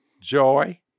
joy